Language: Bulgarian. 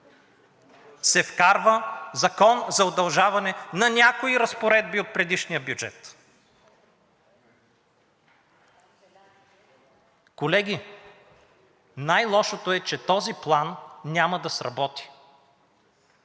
се вкарва Закон за удължаване на някои разпоредби от предишния бюджет. Колеги, най-лошото е, че този план няма да сработи,